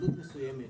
עלות מסוימת,